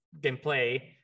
gameplay